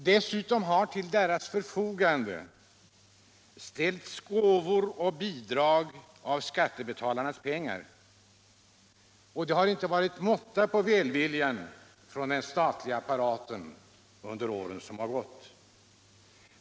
Dessutom har till deras förfogande ställts gåvor och bidrag av skattebetalarnas pengar. Det har inte varit måtta på välviljan från den statliga apparaten under de år som gått.